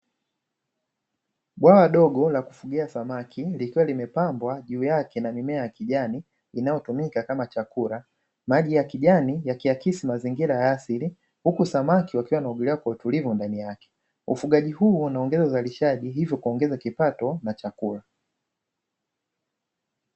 Bwawa dogo la kufulia samaki, likiwa limepambwa juu yake na mimea ya kijani inayotumika Kama chakula, maji ya kijani yakiakisi mazingira ya asili huku samaki wakia wanaogelea kwa utulivu ndani yake. Ufugaji huu unaongeza uzalishaji hivyo kuongeza kipato na chakula.